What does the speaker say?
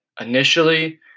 initially